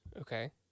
Okay